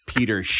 Peter